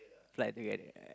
fly together ah